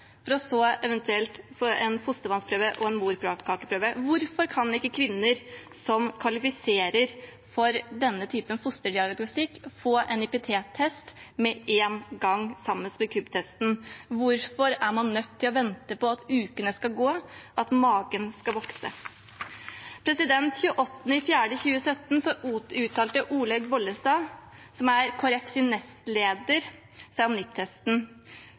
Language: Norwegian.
så eventuelt ta en fostervannsprøve og en morkakeprøve. Hvorfor kan ikke kvinner som kvalifiserer for denne typen fosterdiagnostikk, få en NIPT-test med en gang sammen med KUB-testen? Hvorfor er man nødt til å vente på at ukene skal gå, at magen skal vokse? 28. april 2017 uttalte Olaug Bollestad, som er Kristelig Folkepartis nestleder, seg om